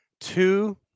two